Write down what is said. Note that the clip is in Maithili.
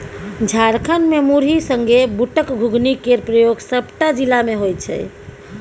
झारखंड मे मुरही संगे बुटक घुघनी केर प्रयोग सबटा जिला मे होइ छै